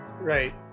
right